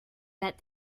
that